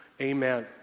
Amen